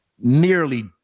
nearly